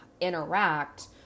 interact